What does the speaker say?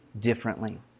differently